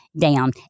down